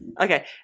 Okay